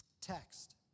text